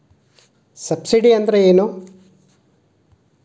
Subsidy ಅಂದ್ರೆ ಏನು?